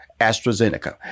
AstraZeneca